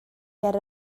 ger